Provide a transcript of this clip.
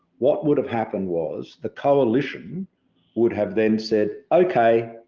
what would have happened was the coalition would have then said, okay,